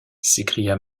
s’écria